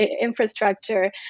infrastructure